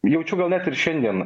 jaučiu gal net ir šiandien